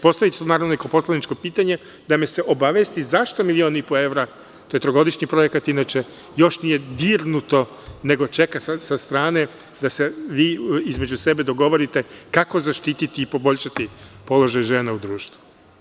Postaviću i kao poslaničko pitanje, da mi se odgovori, zašto milion i po evra za trogodišnji projekat inače još nije dirnuto, nego čeka sa strane da se vi između sebe dogovorite – kako zaštititi i poboljšati položaj žena u društvu?